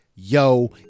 yo